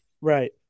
Right